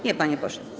Nie, panie pośle.